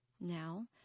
Now